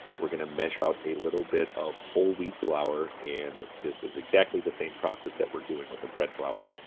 we're gonna measure out a little bit of whole wheat flour, and this is exactly the same process that we're doing with the bread flour.